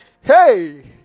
Hey